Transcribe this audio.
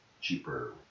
cheaper